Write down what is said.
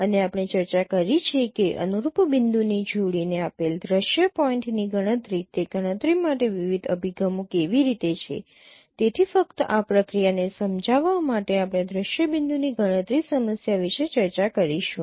અને આપણે ચર્ચા કરી છે કે અનુરૂપ બિંદુની જોડીને આપેલ દ્રશ્ય પોઇન્ટની ગણતરી તે ગણતરી માટે વિવિધ અભિગમો કેવી રીતે છે તેથી ફક્ત આ પ્રક્રિયાને સમજાવવા માટે આપણે દ્રશ્ય બિંદુ ની ગણતરી સમસ્યા વિશે ચર્ચા કરીશું